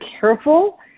careful